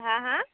হা হা